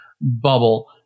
bubble